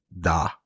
Da